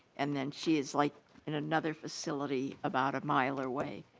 and then she is like and another facility about a mile away.